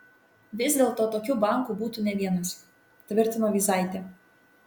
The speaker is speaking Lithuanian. vis dėlto tokių bankų būtų ne vienas tvirtino vyzaitė